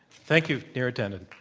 thank you, neera tanden.